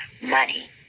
money